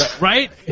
Right